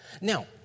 Now